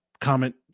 comment